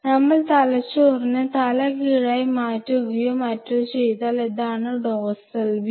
നമ്മൾ തലച്ചോറിനെ തലകീഴായി മാറ്റുകയോ മറ്റോ ചെയ്താൽ ഇതാണ് ഡോർസൽ വ്യൂ